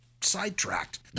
sidetracked